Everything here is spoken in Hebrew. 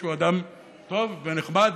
שהוא אדם טוב ונחמד,